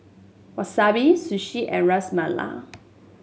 Wasabi Sushi and Ras Malai